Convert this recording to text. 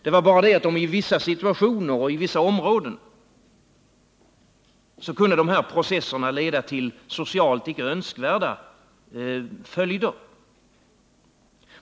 Det var bara det att detta i vissa situationer och i vissa områden kunde få socialt icke önskvärda följder.